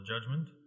judgment